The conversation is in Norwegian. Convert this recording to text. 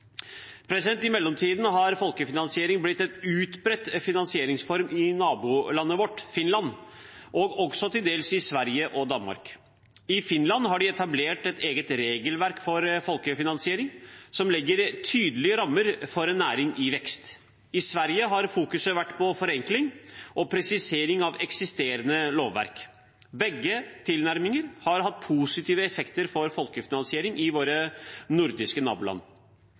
I mellomtiden har folkefinansiering blitt en utbredt finansieringsform i vårt naboland Finland og til dels også i Sverige og Danmark. I Finland har de etablert et eget regelverk for folkefinansiering som legger tydelige rammer for en næring i vekst. I Sverige har man fokusert på forenkling og presisering av eksisterende lovverk. Begge tilnærminger har hatt positive effekter for folkefinansiering i våre nordiske naboland.